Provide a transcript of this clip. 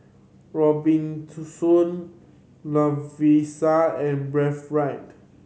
Robitussin Lovisa and Breathe Right